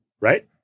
Right